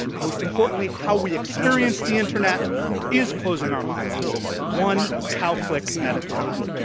most importantly how we experience the internet is closing our minds one cow click at a time.